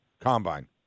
combine